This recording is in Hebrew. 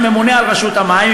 שממונה על רשות המים.